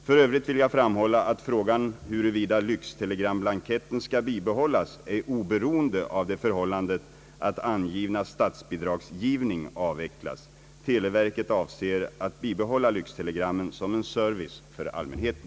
För övrigt vill jag framhålla, att frågan huruvida = lyxtelegramblanketten skall bibehållas är oberoende av det förhållandet att angivna statsbidragsgivning avvecklas. Televerket avser att bibehålla lyxtelegrammen som en service för allmänheten.